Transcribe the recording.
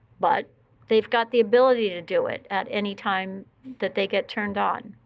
but they've got the ability to do it at any time that they get turned on.